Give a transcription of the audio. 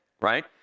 Right